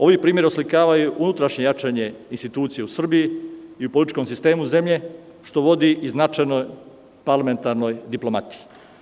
Ovi primeri oslikavaju unutrašnje jačanje institucija u Srbiji i u političkom sistemu zemlje što vodi i značajnoj parlamentarnoj diplomatiji.